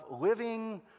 living